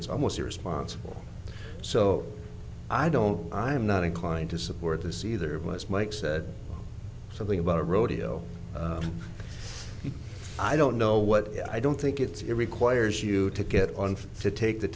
it's almost irresponsible so i don't i'm not inclined to support this either it was mike said something about a rodeo i don't know what i don't think it's it requires you to get on to take the